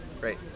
Great